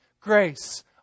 Grace